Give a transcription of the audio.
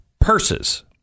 purses